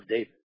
David 。